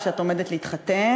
או שאת עומדת להתחתן,